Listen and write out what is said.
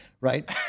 Right